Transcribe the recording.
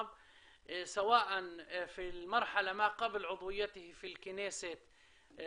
הן בשלב שקדם לחברותו בכנסת,